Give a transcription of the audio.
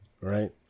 right